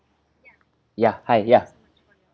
ya hi ya